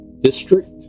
district